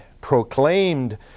proclaimed